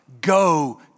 go